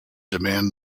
demand